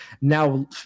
now